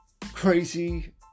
crazy